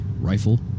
rifle